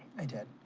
i did.